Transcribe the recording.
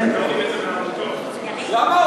למה,